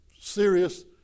serious